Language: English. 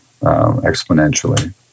exponentially